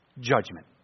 Judgment